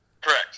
Correct